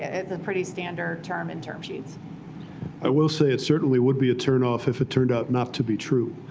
it's a pretty standard term in term sheets. david i will say it certainly would be a turn off if it turned out not to be true.